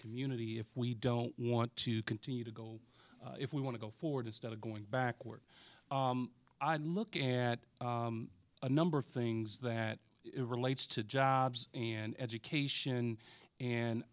community if we don't want to continue to go if we want to go forward instead of going backward i look at a number of things that it relates to jobs and education and